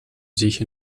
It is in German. sich